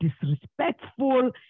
disrespectful